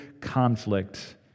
conflict